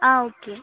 ஆ okay